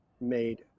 made